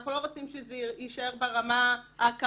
אנחנו לא רוצים שזה ישאר ברמה ההכרתית.